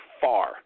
far